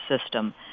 system